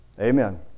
Amen